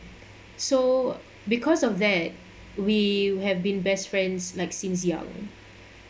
so because of that we have been best friends like since young